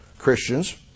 Christians